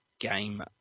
game